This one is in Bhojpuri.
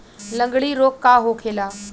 लगड़ी रोग का होखेला?